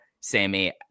Sammy